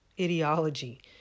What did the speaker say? ideology